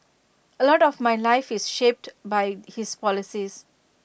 A lot of my life is shaped by his policies